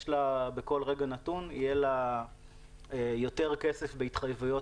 בכל רגע נתון יהיה לה יותר כסף בהתחייבויות